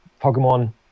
Pokemon